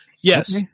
yes